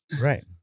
Right